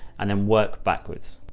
and then work backwards.